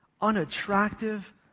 unattractive